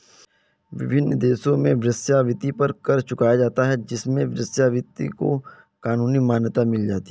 विभिन्न देशों में वेश्यावृत्ति पर कर चुकाया जाता है जिससे वेश्यावृत्ति को कानूनी मान्यता मिल जाती है